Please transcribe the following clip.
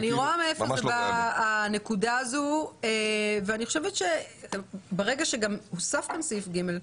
אני רואה מהיכן באה הנקודה הזאת ואני חושבת שברגע שהוספתם את סעיף (ג)